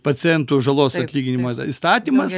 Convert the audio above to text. pacientų žalos atlyginimo įstatymas